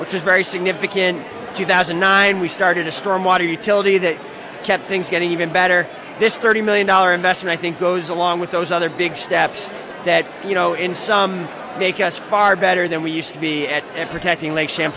which is very significant two thousand and nine we started a storm water utility that kept things get even better this thirty million dollar investment think goes along with those other big steps that you know in some make us far better than we used to be at protecting lake